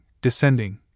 descending